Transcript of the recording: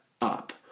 up